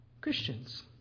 Christians